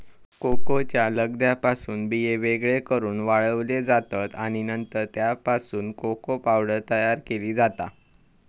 कोकोच्या लगद्यापासून बिये वेगळे करून वाळवले जातत आणि नंतर त्यापासून कोको पावडर तयार केली जाता